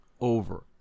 over